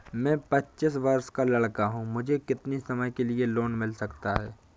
मैं पच्चीस वर्ष का लड़का हूँ मुझे कितनी समय के लिए लोन मिल सकता है?